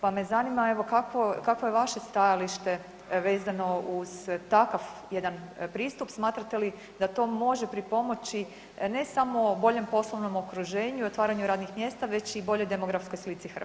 Pa me zanima evo, kakvo je vaše stajalište vezano uz takav jedan pristup, smatrate li da to može pripomoći, ne samo boljem poslovnom okruženju i otvaranju radnih mjesta već i boljoj demografskoj slici Hrvatske?